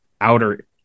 outer